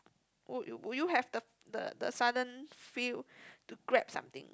would you would you have the the sudden feel to grab something